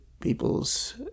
people's